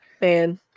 Man